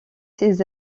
ces